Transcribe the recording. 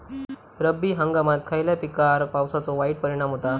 रब्बी हंगामात खयल्या पिकार पावसाचो वाईट परिणाम होता?